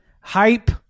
hype